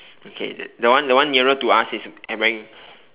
okay that that one that one nearer to us is wearing